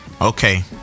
Okay